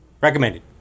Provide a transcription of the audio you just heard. recommended